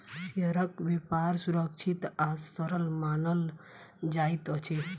शेयरक व्यापार सुरक्षित आ सरल मानल जाइत अछि